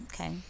Okay